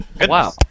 Wow